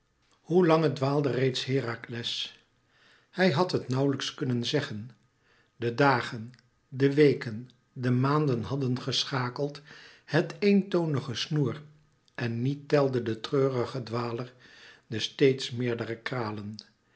hoe lange dwaalde reeds herakles hij had het nauwlijks kunnen zeggen de dagen de weken de maanden hadden geschakeld het eentonige snoer en niet telde de treurige dwaler de steeds meerdere kralen